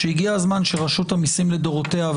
שהגיע הזמן שרשות המיסים לדורותיה,